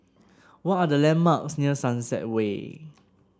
what are the landmarks near Sunset Way